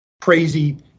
crazy